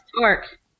Torque